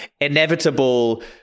inevitable